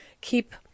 keep